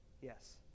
Yes